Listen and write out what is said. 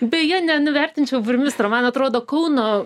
beje nenuvertinčiau burmistro man atrodo kauno